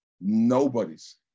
nobody's